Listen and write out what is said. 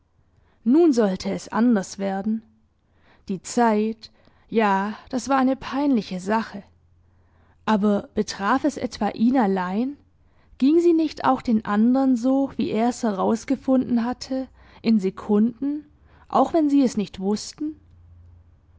nun sollte es anders werden die zeit ja das war eine peinliche sache aber betraf es etwa ihn allein ging sie nicht auch den andern so wie er es herausgefunden hatte in sekunden auch wenn sie es nicht wußten